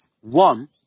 one